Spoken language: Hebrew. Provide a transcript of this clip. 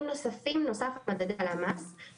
נוספים בנוסף למדדי הלשכה המרכזית לסטטיסטיקה,